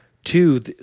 Two